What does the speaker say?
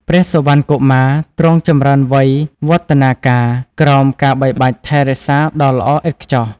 ព្រះសុវណ្ណកុមារទ្រង់ចម្រើនវ័យវឌ្ឍនាការក្រោមការបីបាច់ថែរក្សាដ៏ល្អឥតខ្ចោះ។